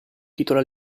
titolo